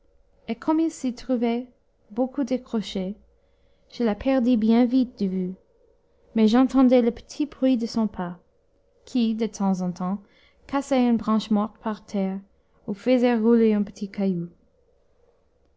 et comme il s'y trouvait beaucoup de crochets je la perdis bien vite de vue mais j'entendais le petit bruit de son pas qui de temps en temps cassait une branche morte par terre ou faisait rouler un petit caillou